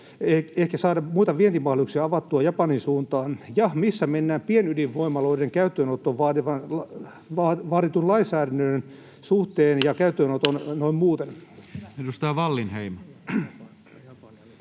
ehkä saada muita vientimahdollisuuksia avattua Japanin suuntaan. Ja missä mennään pienydinvoimaloiden käyttöönottoon vaaditun lainsäädännön suhteen ja